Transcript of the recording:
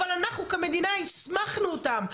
אבל אנחנו כמדינה הסמכנו אותם,